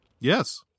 yes